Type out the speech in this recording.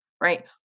right